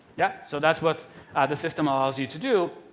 yeah so that's what the system allows you to do.